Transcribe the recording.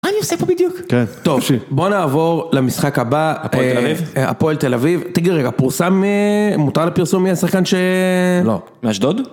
מה אני עושה פה בדיוק? כן. טוב. בוא נעבור למשחק הבא. הפועל תל אביב? הפועל תל אביב. תגיד לי רגע, פורסם.. הותר לפרסום מי השחקן ש.. לא. מאשדוד?